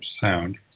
sound